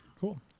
Cool